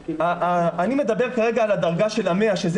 אני מדבר כרגע על הדרגה של 100% שזה